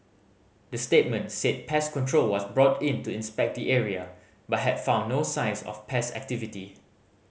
the statement said pest control was brought in to inspect the area but had found no signs of pest activity